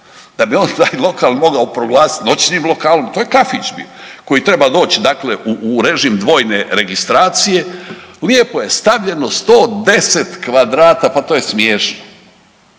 Da bi on taj lokal mogao proglasiti noćnim lokalom, to je kafić bio koji treba doć u režim dvojne registracije, lijepo je stavljeno 110 kvadrata, pa to je smiješno.